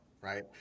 right